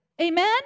Amen